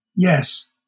Yes